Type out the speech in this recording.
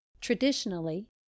Traditionally